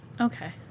Okay